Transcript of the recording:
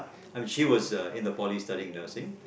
I mean she was uh in the poly studying nursing